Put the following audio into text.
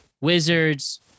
Wizards